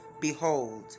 behold